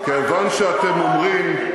כיוון שאתם אומרים,